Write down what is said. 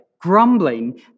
grumbling